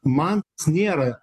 man s nėra